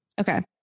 Okay